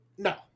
No